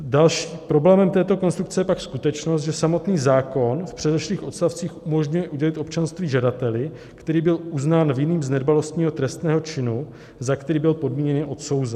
Dalším problémem této konstrukce je pak skutečnost, že samotný zákon v předešlých odstavcích umožňuje udělit občanství žadateli, který byl uznán vinným z nedbalostního trestného činu, za který byl podmíněně odsouzen.